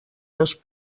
dos